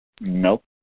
Nope